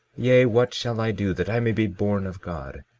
yea, what shall i do that i may be born of god,